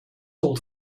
hold